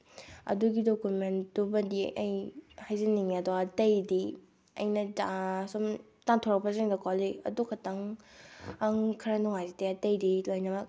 ꯑꯗꯨꯒꯤ ꯗꯣꯀꯨꯃꯦꯟꯗꯨꯃꯗꯤ ꯑꯩ ꯍꯥꯏꯖꯅꯤꯡꯉꯦ ꯑꯗꯣ ꯑꯇꯩꯗꯤ ꯑꯩꯅ ꯁꯨꯝ ꯇꯥꯟꯊꯣꯔꯛꯄꯁꯤꯡꯗꯀꯣ ꯑꯗꯨ ꯈꯛꯇꯪ ꯑꯪ ꯈꯔ ꯅꯨꯡꯉꯥꯏꯖꯗꯦ ꯑꯇꯩꯗꯤ ꯂꯣꯏꯅꯃꯛ